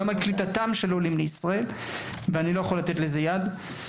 גם על קליטת עולים לישראל ואיני יכול לתת לזה יד.